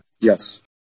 Yes